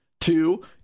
two